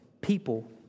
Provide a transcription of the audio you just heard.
people